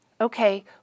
Okay